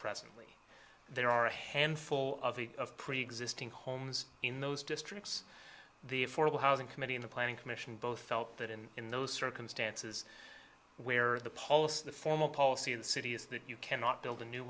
presently there are a handful of of preexisting homes in those districts the affordable housing committee in the planning commission both felt that in in those circumstances where the polis the formal policy in the city is that you cannot build a new